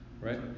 Right